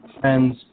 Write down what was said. friends